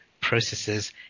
processes